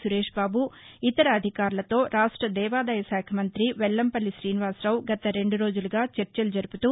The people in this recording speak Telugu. సురేష్బాబు ఇతర అధికారులతో రాష్ట దేవాదాయ శాఖ మంతి వెల్లంపల్లి శ్రీనివాసరావు గత రెండు రోజులుగా చర్చలు జరుపుతూ